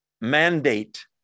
mandate